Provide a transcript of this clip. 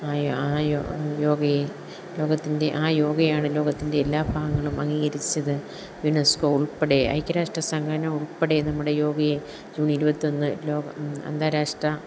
ആ ആ യോഗയെ ലോകത്തിൻ്റെ ആ യോഗയാണ് ലോകത്തിൻ്റെ എല്ലാ ഭാഗങ്ങളും അംഗീകരിച്ചത് യുനസ്കോ ഉൾപ്പെടെ ഐക്യരാഷ്ട്ര സംഘടന ഉൾപ്പെടെ നമ്മുടെ യോഗയെ ജൂൺ ഇരുപത്തൊന്ന് ലോക അന്താരാഷ്ട്ര